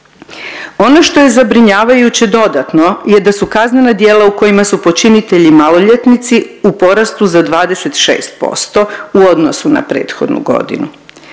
Ono što je zabrinjavajuće dodatno je da su kaznena djela u kojima su počinitelji maloljetnici u porastu za 26% u odnosu na prethodnu godinu,